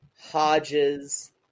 Hodges